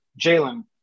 Jalen –